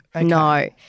no